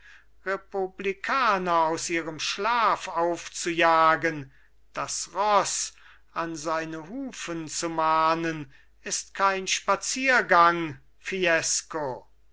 republikaner aus ihrem schlaf aufzujagen das roß an seine hufen zu mahnen ist kein spaziergang fiesco